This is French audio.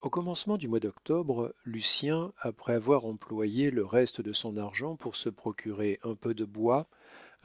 au commencement du mois d'octobre lucien après avoir employé le reste de son argent pour se procurer un peu de bois